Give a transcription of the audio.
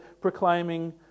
proclaiming